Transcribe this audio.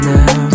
Now